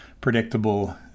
predictable